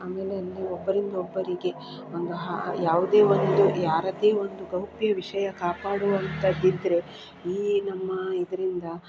ಆಮೇಲೆ ಅಲ್ಲಿ ಒಬ್ಬರಿಂದ ಒಬ್ಬರಿಗೆ ಒಂದು ಯಾವುದೇ ಒಂದು ಯಾರದ್ದೇ ಒಂದು ಗೌಪ್ಯ ವಿಷಯ ಕಾಪಾಡುವಂಥದ್ದಿದ್ದರೆ ಈ ನಮ್ಮ ಇದರಿಂದ